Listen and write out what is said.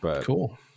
Cool